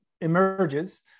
emerges